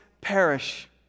perish